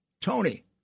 Tony